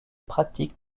pratiques